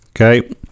Okay